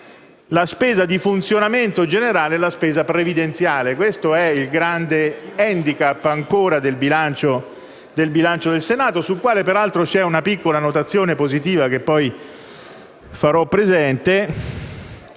la spesa di funzionamento generale e la spesa previdenziale. Quest'ultima è ancora il grande *handicap* del bilancio del Senato, sul quale peraltro c'è una piccola notazione positiva, che poi farò presente.